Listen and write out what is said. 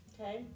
Okay